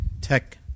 tech